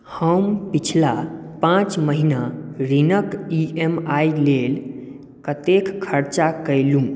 हम पछिला पाँच महिना ऋणक ई एम आई लेल कतेक खर्चा कयलहुँ